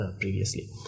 previously